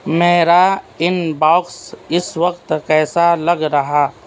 میرا انباکس اس وقت کیسا لگ رہا